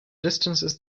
distances